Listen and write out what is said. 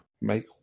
Make